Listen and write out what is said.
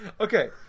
Okay